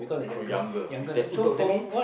oh younger you tell who talk to me